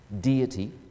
deity